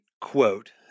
quote